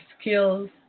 skills